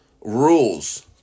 rules